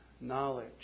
knowledge